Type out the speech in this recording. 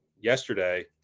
yesterday